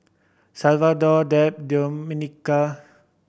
Salvador Deb Domenica